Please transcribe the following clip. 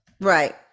Right